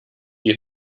die